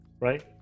right